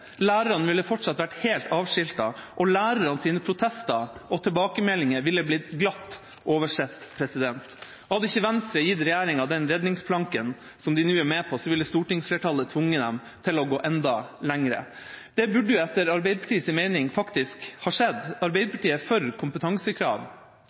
Lærerne ville fortsatt vært helt avskiltet, og lærernes protester og tilbakemeldinger ville blitt glatt oversett. Hadde ikke Venstre gitt regjeringa den redningsplanken som de nå er med på, ville stortingsflertallet tvunget dem til å gå enda lenger. Det burde, etter Arbeiderpartiets mening, faktisk ha skjedd.